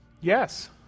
Yes